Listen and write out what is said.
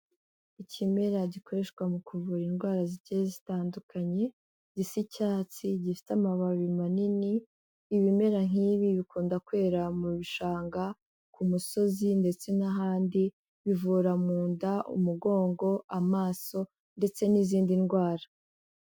Ikimera gikoreshwa mu kuvura indwara zigiye zitandukanye, gisa icyatsi, gifite amababi manini, ibimera nk'ibi bikunda kwera mu bishanga, ku musozi ndetse n'ahandi, bivura mu nda, umugongo, amaso ndetse n'izindi ndwara.